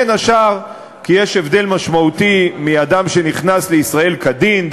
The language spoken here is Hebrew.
בין השאר כי יש הבדל משמעותי בין אדם שנכנס לישראל כדין,